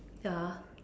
ya